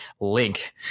Link